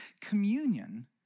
communion